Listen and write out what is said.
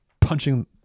punching